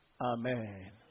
Amen